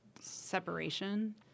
separation